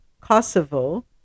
Kosovo